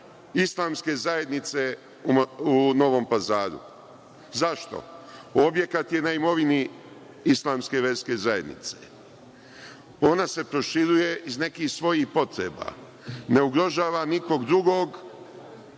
Islamske zajednice u Novom Pazaru. Zašto? Objekat je na imovini Islamske verske zajednice. Ona se proširuje iz nekih svojih potreba, ne ugrožava nikog drugog,